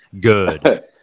Good